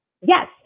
Yes